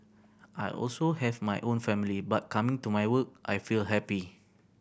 I also have my own family but coming to my work I feel happy